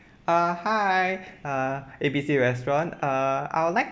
uh hi uh A B C restaurant uh I will like